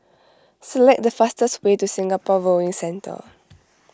select the fastest way to Singapore Rowing Centre